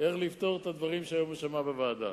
איך לפתור את הדברים שהיום הוא שמע בוועדה.